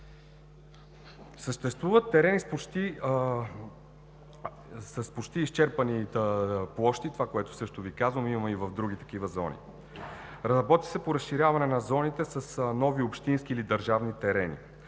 Съществуват терени с почти изчерпани площи – това, което Ви казвам, също го има и в други такива зони. Работи се по разширяване на зоните с нови общински или държавни терени.